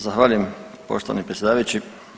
Zahvaljujem poštovani predsjedavajući.